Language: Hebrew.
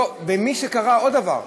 היה עוד דבר,